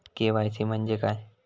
KYC म्हणजे काय?